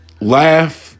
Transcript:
laugh